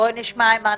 בבקשה.